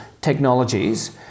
technologies